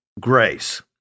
grace